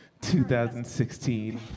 2016